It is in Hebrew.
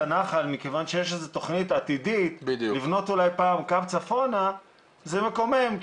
הנחל מכיוון שיש איזו תכנית עתידית לבנות אולי פעם קו צפונה זה מקומם,